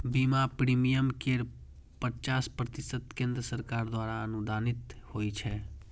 बीमा प्रीमियम केर पचास प्रतिशत केंद्र सरकार द्वारा अनुदानित होइ छै